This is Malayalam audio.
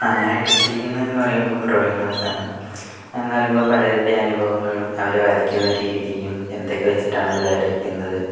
ആ ഞാൻ എടുത്തിരിക്കുന്നത് എന്ന് പറയുമ്പം ഡ്രോയിങ് ക്ലാസ് ആണ് അത് എന്ന് പറയുമ്പം പലരുടെയും അനുഭവങ്ങളും അവരുടെ രീതിയും എന്തൊക്കെ വെച്ചിട്ടാണ് അവർ വരക്കുന്നത്